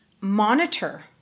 monitor